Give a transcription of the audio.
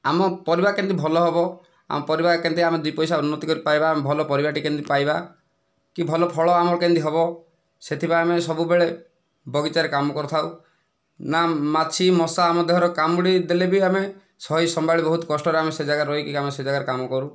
ଆମ ପରିବା କେମିତି ଭଲ ହେବ ଆମ ପରିବା କେମିତି ଆମେ ଦୁଇ ପଇସା ଉନ୍ନତି କରି ପାଇବା ଆମେ ଭଲ ପରିବାଟି କେମିତି ପାଇବା କି ଭଲ ଫଳ ଆମର କେମିତି ହେବ ସେଥିପାଇଁ ଆମେ ସବୁବେଳେ ବଗିଚାରେ କାମ କରିଥାଉ ନାଁ ମାଛି ମଶା ଆମ ଦେହର କାମୁଡ଼ି ଦେଲେ ବି ଆମେ ସହି ସମ୍ଭାଳି ବହୁତ କଷ୍ଟରେ ଆମେ ସେ ଜାଗାରେ ରହିକି ଆମେ ସେ ଜାଗାରେ କାମ କରୁ